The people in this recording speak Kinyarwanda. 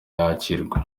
yakirwa